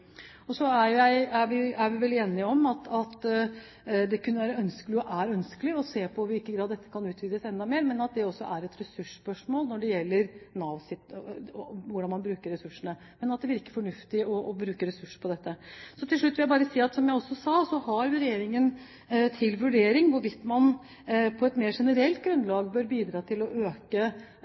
se på i hvilken grad dette tilbudet kan utvides enda mer, men at det også er et ressursspørsmål, og at det virker fornuftig å bruke ressurser på dette. Til slutt vil jeg bare si, som jeg sa, at regjeringen har til vurdering hvorvidt man på et mer generelt grunnlag bør bidra til å øke